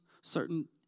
certain